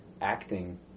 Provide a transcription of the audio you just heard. acting